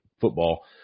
football